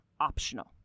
optional